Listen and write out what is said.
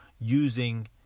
using